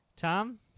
Tom